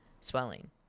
swelling